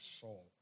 soul